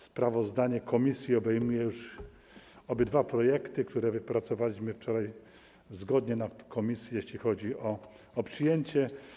Sprawozdanie komisji obejmuje już obydwa projekty, które wypracowaliśmy wczoraj zgodnie na posiedzeniu komisji, jeśli chodzi o przyjęcie.